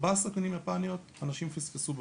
ארבעה סכינים יפניות אנשים פספסו בבדיקה,